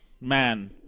man